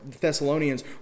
Thessalonians